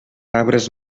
arbres